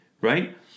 Right